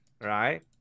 right